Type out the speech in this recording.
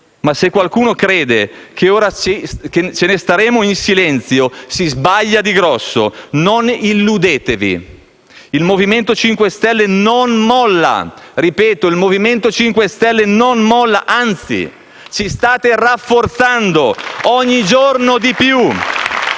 Presidente, crede che ora ce ne staremo in silenzio, si sbaglia di grosso. Non illudetevi: il Movimento 5 Stelle non molla. Ripeto: il Movimento 5 Stelle non molla, anzi ci state rafforzando ogni giorno di più.